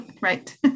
Right